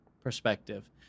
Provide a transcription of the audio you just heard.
perspective